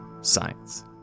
science